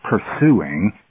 pursuing